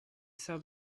saw